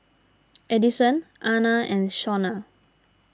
Edison Ana and Shonna